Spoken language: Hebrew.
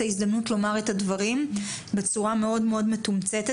ההזדמנות לומר את הדברים בצורה מאוד מתומצתת,